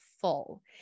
full